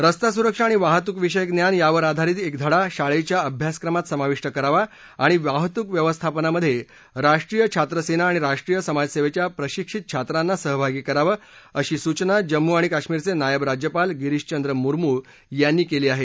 रस्ता सुरक्षा आणि वाहतूकविषयक ज्ञान यावर आधारित एक धडा शाळेच्या अभ्यासक्रमात समाविष्ट करावा आणि वाहतूक व्यवस्थापनामध्ये राष्ट्रीय छात्र सेना आणि राष्ट्रीय समाज सेवेच्या प्रशिक्षित छात्रांना सहभागी करावं अशी सूचना जम्मू आणि काश्मिरचे नायब राज्यपाल गिरीशचंद्र मुरमू यांनी केली आहे